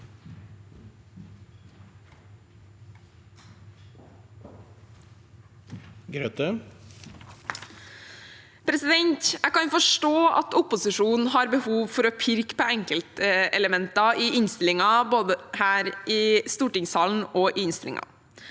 Jeg kan forstå at op- posisjonen har behov for å pirke på enkelte elementer i innstillingen, både her i stortingssalen og i innstillingen,